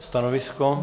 Stanovisko?